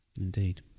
Indeed